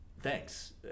Thanks